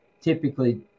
typically